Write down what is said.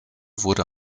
wurde